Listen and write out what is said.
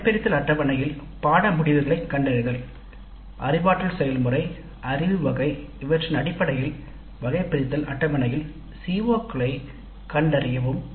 வகைபிரித்தல் அட்டவணையில் பாடநெறி முடிவுகளைக் கண்டறிதல் அறிவாற்றல் செயல்முறை அறிவு வகை இவற்றின் அடிப்படையில் வகைபிரித்தல் அட்டவணையில் CO ஐக் கண்டறியவும்